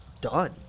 done